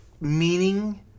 meaning